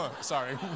sorry